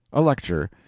a lecture.